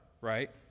right